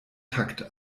takt